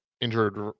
injured